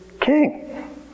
king